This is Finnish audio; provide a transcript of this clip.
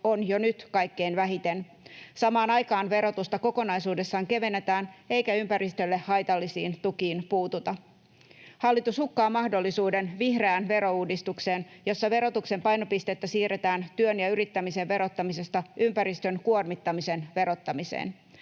on jo nyt kaikkein vähiten. Samaan aikaan verotusta kokonaisuudessaan kevennetään eikä ympäristölle haitallisiin tukiin puututa. Hallitus hukkaa mahdollisuuden vihreään verouudistukseen, jossa verotuksen painopistettä siirretään työn ja yrittämisen verottamisesta ympäristön kuormittamisen verottamiseen.